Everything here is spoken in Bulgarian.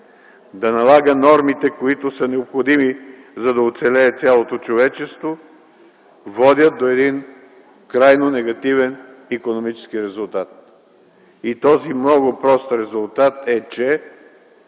да налага нормите, които са необходими, за да оцелее цялото човечество, водят до един крайно негативен икономически резултат. Този много прост резултат е, че